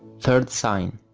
third sign.